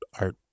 art